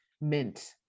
mint